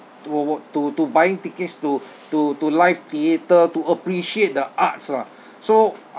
to w~ to to buying tickets to to to live theatre to appreciate the arts lah so